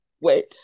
Wait